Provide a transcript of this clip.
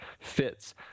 fits